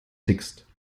sixt